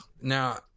Now